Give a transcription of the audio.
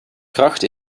kracht